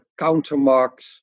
countermarks